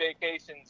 vacations